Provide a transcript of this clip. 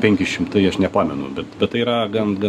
penki šimtai aš nepamenu bet bet tai yra gan gan